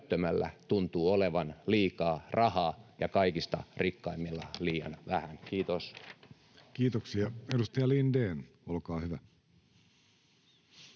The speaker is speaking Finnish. tuntuu olevan liikaa rahaa ja kaikista rikkaimmilla liian vähän. — Kiitos. Kiitoksia. — Edustaja Lindén, olkaa hyvä.